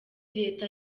leta